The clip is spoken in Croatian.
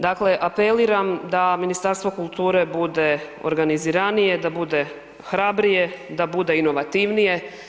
Dakle apeliram da Ministarstvo kulture bude organiziranije, da bude hrabrije, da bude inovativnije.